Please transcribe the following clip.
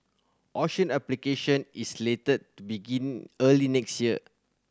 auction application is slated to begin early next year